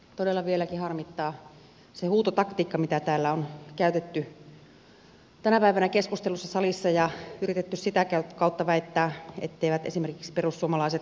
todella vieläkin harmittaa se huutotaktiikka mitä täällä on käytetty tänä päivänä keskustelussa salissa ja yritetty sitä kautta väittää etteivät esimerkiksi perussuomalaiset kannattaisi kalakantojen kestävää käyttöä